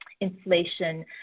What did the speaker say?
inflation